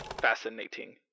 fascinating